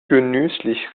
genüsslich